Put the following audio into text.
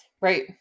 Right